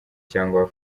cyangwa